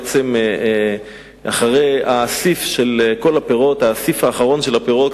בעצם אחרי האסיף האחרון של כל הפירות,